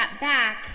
back